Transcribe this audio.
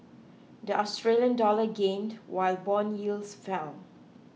the Australian dollar gained while bond yields fell